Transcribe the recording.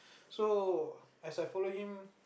so as I follow him